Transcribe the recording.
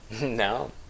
No